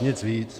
Nic víc.